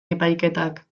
epaiketak